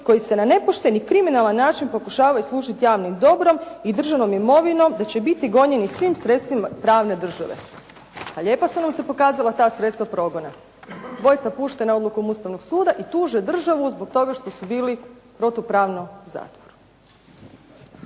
koji se na nepošten i kriminalan način pokušavaju služiti javnim dobrom i državnom imovinom da će biti gonjeni svim sredstvima pravne države. Pa lijepo su mu se pokazala ta sredstva progona. Dvojica puštena odlukom Ustavnog suda i tuže državu zbog toga što su bili protupravno u zatvoru.